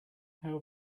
how